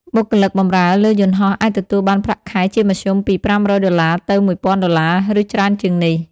បុគ្គលិកបម្រើលើយន្តហោះអាចទទួលបានប្រាក់ខែជាមធ្យមពី ៥០០ ដុល្លារទៅ ១,០០០ ដុល្លារ ឬច្រើនជាងនេះ។